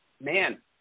man